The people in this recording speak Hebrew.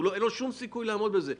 אין לו שום סיכוי לעמוד בזה.